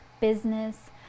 business